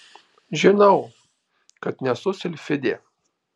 žinau kad nesu silfidė